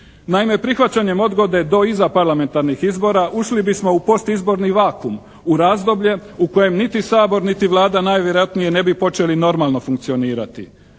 Naime, prihvaćanjem odgode do iza parlamentarnih izbora ušli bismo u postizborni vakum, u razdoblje u kojem niti Sabor niti Vlada najvjerojatnije ne bi počeli normalno funkcionirati